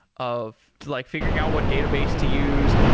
of like figuring out what database to use.